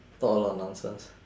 talk a lot of nonsense